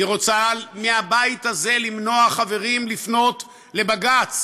היא רוצה מהבית הזה למנוע, חברים, לפנות לבג"ץ,